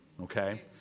Okay